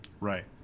Right